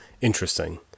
Interesting